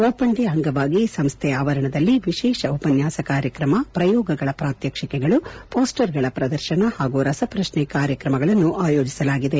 open day ಅಂಗವಾಗಿ ಸಂಸ್ಥೆ ಆವರಣದಲ್ಲಿ ವಿಶೇಷ ಉಪನ್ಯಾಸ ಕಾರ್ಯಕ್ರಮ ಪ್ರಯೋಗಗಳ ಪ್ರಾತ್ವಕ್ಷಿಕೆಗಳು ಪೋಸ್ಟರ್ಗಳ ಪ್ರದರ್ಶನ ಹಾಗೂ ರಸಪ್ರಶ್ನೆ ಕಾರ್ಯಕ್ರಮಗಳನ್ನು ಆಯೋಜಿಸಲಾಗಿದೆ